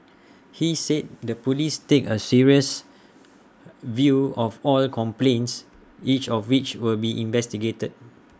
he said the Police take A serious view of all complaints each of which will be investigated